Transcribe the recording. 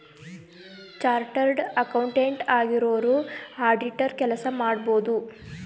chartered accountant ಆಗಿರೋರು auditor ಕೆಲಸ ಮಾಡಬೋದು